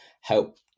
help